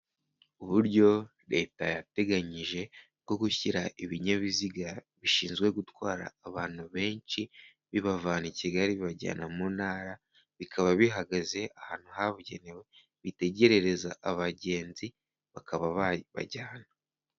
Uburyo leta yateganyije bwo gushyira ibinyabiziga bishinzwe gutwara abantu benshi, bibavana i Kigali bibajyana mu ntara, bikaba bihagaze ahantu habugenewe bitegererereza abagenzi bakaba babajyana.